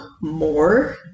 more